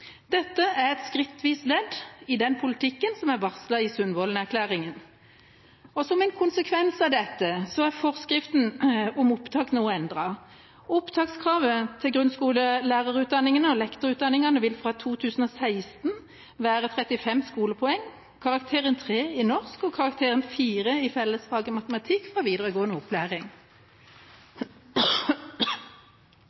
Dette er et skrittvis ledd i den politikken som er varslet i Sundvolden-erklæringa. Som en konsekvens av dette er forskriften om opptak nå endret. Opptakskravet til grunnskolelærerutdanningene og lektorutdanningene vil fra 2016 være 35 skolepoeng, karakteren 3 i norsk og karakteren 4 i fellesfaget matematikk fra videregående opplæring.